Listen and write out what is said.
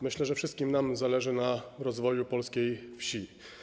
Myślę, że wszystkim nam zależy na rozwoju polskiej wsi.